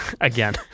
again